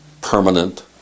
permanent